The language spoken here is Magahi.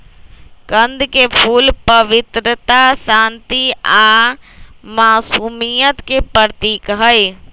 कंद के फूल पवित्रता, शांति आ मासुमियत के प्रतीक हई